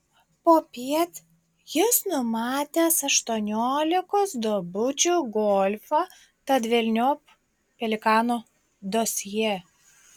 popiet jis numatęs aštuoniolikos duobučių golfą tad velniop pelikano dosjė